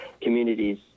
communities